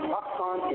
Pakistan